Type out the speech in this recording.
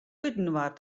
útinoar